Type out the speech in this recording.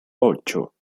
ocho